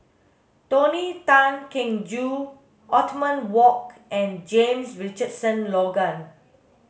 Tony Tan Keng Joo Othman Wok and James Richardson Logan